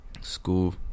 school